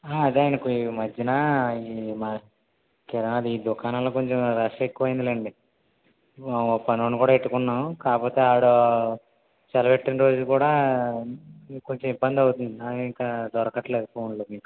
అదేండి ఈ మధ్యన ఈ మా కిరాణా ఈ దుకాణంలో కొంచెం రష్ ఎక్కువయింది లెండి ఓ పని వాడిని కూడా పెట్టుకున్నాం కాకపోతే వాడు సెలవు పెట్టిన రోజు కూడ కొంచెం ఇబ్బంది అవుతుంది ఇంక దొరకటం లేదు ఫోన్ లకి